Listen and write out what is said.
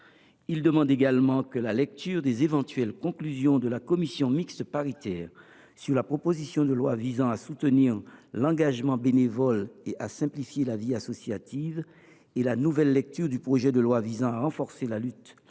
Il demande également que la lecture des éventuelles conclusions de la commission mixte paritaire sur la proposition de loi visant à soutenir l’engagement bénévole et à simplifier la vie associative, ainsi que la nouvelle lecture du projet de loi visant à renforcer la lutte